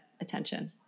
attention